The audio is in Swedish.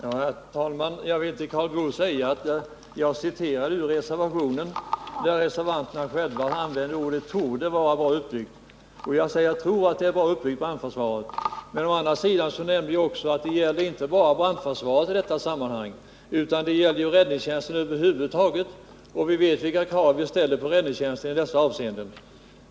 Herr talman! Jag vill till Karl Boo säga att jag citerade ur reservationen, där reservanterna själva säger att brandförsvarsorganisationen ”torde” vara bra uppbyggd. Och jag tror att brandförsvaret är bra uppbyggt. Men å andra sidan nämnde jag också att det i detta sammanhang inte bara gäller brandförsvaret, utan att det gäller räddningstjänsten över huvud taget. Vi vet vilka krav som ställs på räddningstjänsten i dessa avseenden.